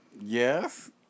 Yes